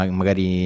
magari